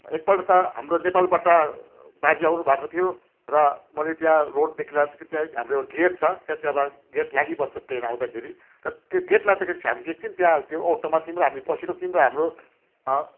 एकपल्ट त हाम्रो नेपालबाट बाजे आउनुभएको थियो र मलाई त्यहाँ रोडदेखि हाम्रो एउटा गेट छ त्यहाँ चाहिँ अब गेट लागिबस्छ ट्रेन आउँदाखेरि र त्यो गेट लाग्दाखेरि चाहिँ हामी चाहिँ एकछिन त्यहाँ त्यो अटोमा थियौँ र हामी बसेको थियौँ र हाम्रो